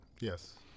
Yes